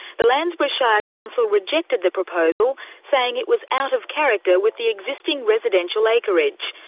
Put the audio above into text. the landsborough shire council rejected the proposal, saying it was out of character with the existing residential acreage.